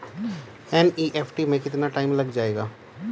NEFT में कितना time लग जाएगा?